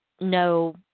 no